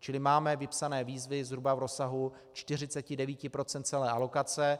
Čili máme vypsané výzvy zhruba v rozsahu 49 % celé alokace.